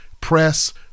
press